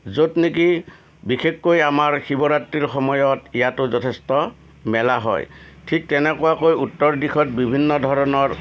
য'ত নেকি আমাৰ বিশেষকৈ শিৱৰাত্ৰিৰ সময়ত ইয়াতো যথেষ্ট মেলা হয় ঠিক তেনেকুৱাকৈ উত্তৰ দিশত বিভিন্ন ধৰণৰ